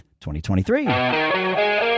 2023